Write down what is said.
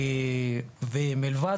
מלבד